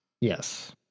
Yes